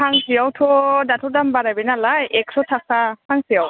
फांसेयावथ' दाथ' दाम बारायबाय नालाय एकस' थाखा फांसेआव